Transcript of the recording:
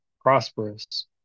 prosperous